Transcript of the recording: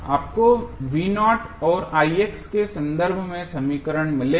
आपको और के संदर्भ में समीकरण मिलेगा